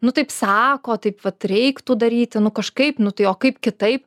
nu taip sako taip vat reiktų daryti nu kažkaip nu tai o kaip kitaip